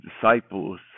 disciples